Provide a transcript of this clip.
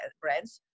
brands